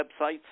websites